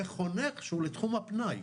וחונך שהוא בתחום הפנאי.